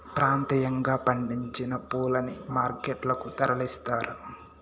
ప్రాంతీయంగా పండించిన పూలని మార్కెట్ లకు తరలిస్తారు